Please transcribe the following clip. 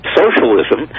socialism